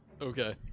okay